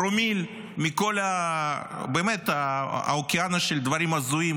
פרומיל מכל האוקיינוס של דברים הזויים